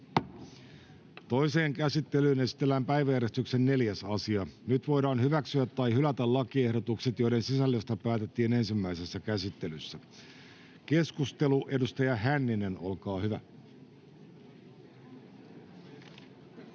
Toiseen käsittelyyn esitellään päiväjärjestyksen 4. asia. Nyt voidaan hyväksyä tai hylätä lakiehdotukset, joiden sisällöstä päätettiin ensimmäisessä käsittelyssä. — Keskustelu, edustaja Hänninen, olkaa hyvä.